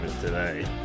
today